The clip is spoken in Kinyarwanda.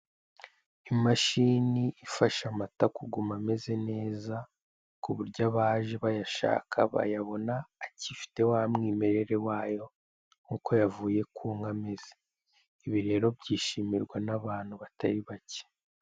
Imashini ifasha amata kuguma ameze neza ku buryo abaje bayashaka bayabona agifite wa mwimerere wayo nk'uko yavuye ku nka ameza, ibi rero byishimirwa n'abantu batari bake.